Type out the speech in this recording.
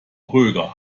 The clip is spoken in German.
kröger